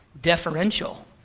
deferential